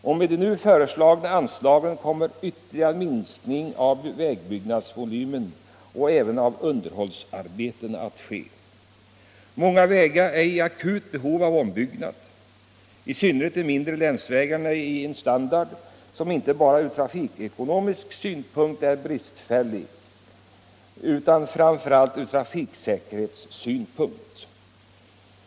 Och med de nu föreslagna anslagen kommer ytterligare minskning av vägbyggnadsvolymen och även av underhållsarbeten att ske. Många vägar är i akut behov av ombyggnad. I synnerhet de mindre länsvägarna har en standard som inte bara från trafikekonomisk synpunkt utan framför allt från trafiksäkerhetssynpunkt är bristfällig.